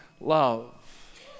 love